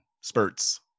spurts